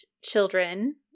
children